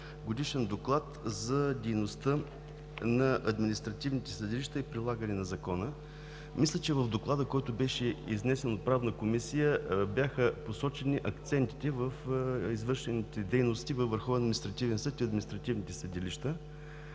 годишен Доклад за дейността на административните съдилища и прилагане на закона. Мисля, че в Доклада, който беше изнесен от Правната комисия, бяха посочени акцентите в извършените дейности във Върховния административен съд и административните съдилища.